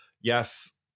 yes